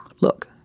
look